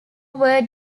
were